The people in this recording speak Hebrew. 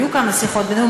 היו כמה שיחות בינינו,